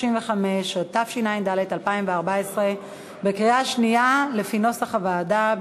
135), התשע"ד 2014. קריאה שנייה, לפי נוסח הוועדה.